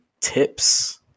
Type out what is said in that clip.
tips